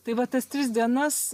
tai va tas tris dienas